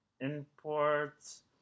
imports